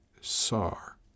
Sar